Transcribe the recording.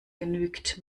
genügt